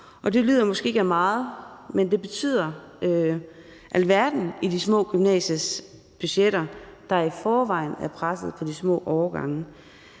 og det lyder måske ikke af meget, men det betyder alverden i de små gymnasiers budgetter, der i forvejen er presset på de små årgange.